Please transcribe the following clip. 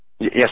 Yes